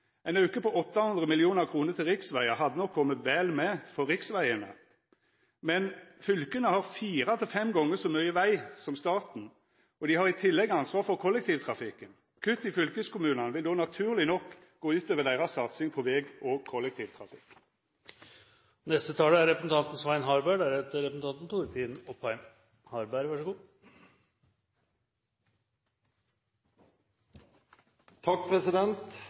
Ein auke på 800 mill. kr til riksvegar hadde nok kome vel med for riksvegane, men fylka har fire til fem gonger så mykje veg som staten, og dei har i tillegg ansvaret for kollektivtrafikken. Kutt til fylkeskommunane vil då naturleg nok gå ut over deira satsing på veg og kollektivtrafikk. Først kan vi jo slå fast at representanten